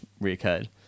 reoccurred